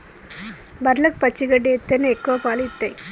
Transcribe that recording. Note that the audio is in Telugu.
బర్లకు పచ్చి గడ్డి ఎత్తేనే ఎక్కువ పాలు ఇత్తయ్